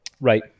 Right